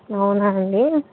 అవునా అండి